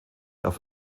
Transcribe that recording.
auf